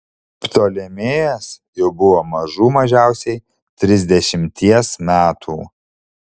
ptolemėjas jau buvo mažų mažiausiai trisdešimties metų